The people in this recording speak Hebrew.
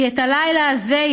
כי את הלילה הזה,